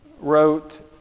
wrote